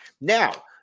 Now